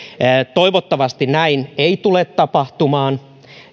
toivottavasti näin ei tule tapahtumaan